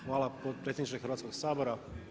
Hvala potpredsjedniče Hrvatskog sabora.